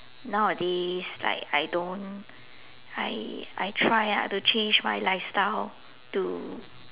nowadays like I don't I I try lah to change my lifestyle to